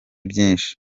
byinshi